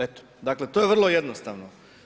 Eto, dakle to je vrlo jednostavno.